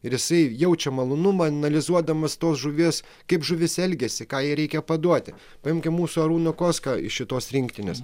ir jisai jaučia malonumą analizuodamas tos žuvies kaip žuvis elgiasi ką jai reikia paduoti paimkim mūsų arūno koska iš šitos rinktinės